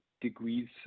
degrees